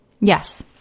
Yes